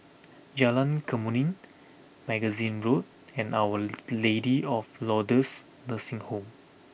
Jalan Kemuning Magazine Road and Our Lady of Lourdes Nursing Home